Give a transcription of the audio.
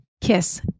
kiss